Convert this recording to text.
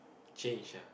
change ah